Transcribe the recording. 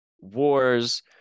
Wars